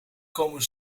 komen